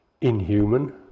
inhuman